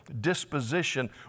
disposition